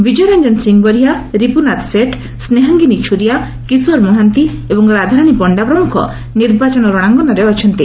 ବିଜୟରଂଜନ ସିଂ ବରିହା ରିପୁନାଥ ସେଠ୍ ସେହାଙ୍ଗିନୀ ଛୁରିଆ କିଶୋର ମହାନ୍ତି ଏବଂ ରାଧାରାଣୀ ପଣ୍ତା ପ୍ରମୁଖ ନିର୍ବାଚନ ରଣାଙ୍ଗନରେ ଅଛନ୍ତି